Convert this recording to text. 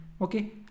Okay